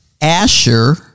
Asher